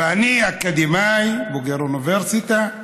ואני אקדמאי, בוגר אוניברסיטה,